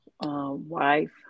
wife